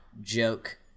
joke